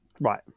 Right